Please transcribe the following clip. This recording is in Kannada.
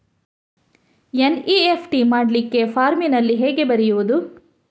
ಎನ್.ಇ.ಎಫ್.ಟಿ ಮಾಡ್ಲಿಕ್ಕೆ ಫಾರ್ಮಿನಲ್ಲಿ ಹೇಗೆ ಬರೆಯುವುದು?